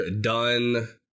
done